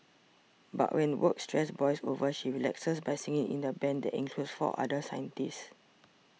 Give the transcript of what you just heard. but when work stress boils over she relaxes by singing in a band that includes four other scientists